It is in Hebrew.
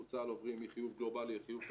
אנחנו צה"ל עוברים מחיוב גלובלי לחיוב פר-שימוש,